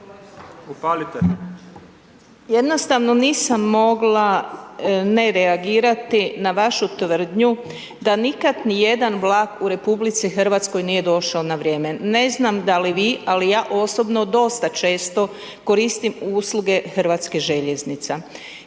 jednostavno nisam mogla ne reagirati na vašu tvrdnju da nikad nijedan vlak u RH nije došao na vrijeme. Ne znam da li vi, ali ja osobno dosta često koristim usluge HŽ-a i